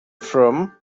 from